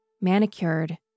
manicured